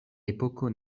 epoko